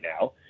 now